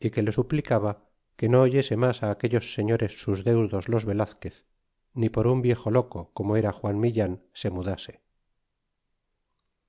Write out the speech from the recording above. y que le suplicaba que no oyese mas aquellos señores sus deudos los velazquez ni por un viejo loco como era juan minan se mudase